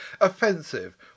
offensive